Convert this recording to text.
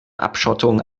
abschottung